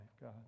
God